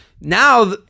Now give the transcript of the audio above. now